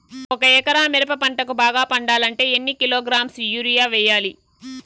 ఒక ఎకరా మిరప పంటకు బాగా పండాలంటే ఎన్ని కిలోగ్రామ్స్ యూరియ వెయ్యాలి?